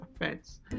offense